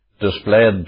displayed